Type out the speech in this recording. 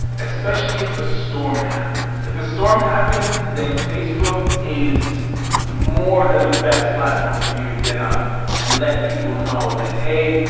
especially if a storm happens. if a storm happens, then facebook is more than the best platform for you to get on and let people know that, hey,